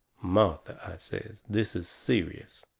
martha, i says, this is serious.